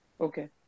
Okay